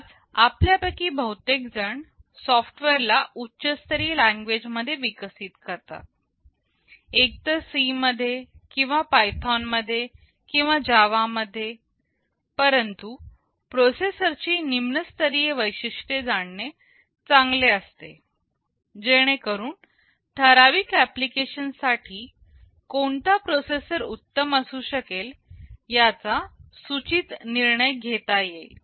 आज आपल्यापैकी बहुतेकजणं सॉफ्टवेअर ला उच्चस्तरीय लैंग्वेज मध्ये विकसित करतात एक तर C मध्ये किंवा पायथॉन मध्ये किंवा जावा मध्ये परंतु प्रोसेसरची निम्नस्तरीय वैशिष्ट्ये जाणणे चांगले असते जेणेकरून ठराविक एप्लीकेशन साठी कोणता प्रोसेसर उत्तम असू शकेल याचा सुचित निर्णय घेता येईल